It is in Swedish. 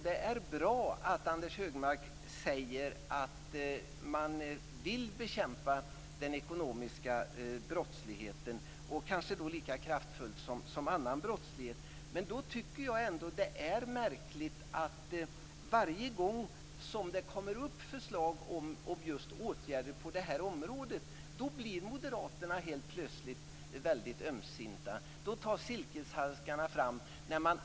Det är bra att Anders Högmark säger att man vill bekämpa den ekonomiska brottsligheten, kanske lika kraftfullt som annan brottslighet. Men det är ändå märkligt att varje gång som det läggs fram förslag om åtgärder på just det här området, då blir moderaterna plötsligt väldigt ömsinta. Då tas silkeshandskarna fram.